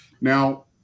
Now